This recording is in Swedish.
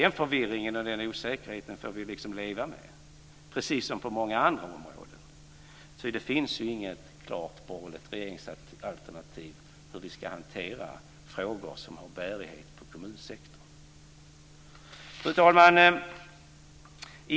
Den förvirringen och osäkerheten får vi leva med, precis som på många andra områden. Det finns ju inget klart borgerligt regeringsalternativ för hur vi ska hantera frågor som har bärighet på kommunsektorn. Fru talman!